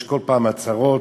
יש כל פעם הצהרות,